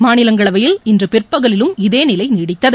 மாநிலங்களவையில் இன்று பிற்பகலிலும் இதே நிலை நீடித்தது